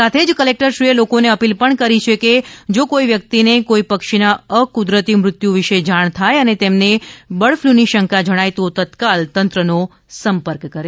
સાથે જ કલેકટરશ્રીએ લોકોને અપીલ પણ કરી હતી કે જો કોઈ વ્યક્તિને કોઈ પક્ષીના અકુદરતી મૃત્યુ વિશે જાણ થાય અને તેમને બર્ડફ્લૂની શંકા જણાય તો તત્કાલ તંત્રનો સંપર્ક કરે